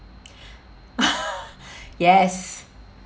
yes